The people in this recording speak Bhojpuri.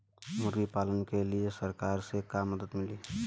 मुर्गी पालन के लीए सरकार से का मदद मिली?